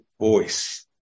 voice